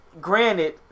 granted